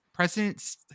president's